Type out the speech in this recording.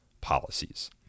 policies